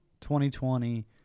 2020